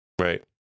Right